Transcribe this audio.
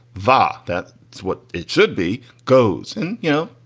vare. ah that is what it should be goes. and you know,